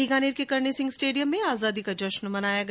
बीकानेर के करणीसिंह स्टेडियम में आजादी का जश्न मनाया गया